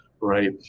right